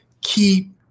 keep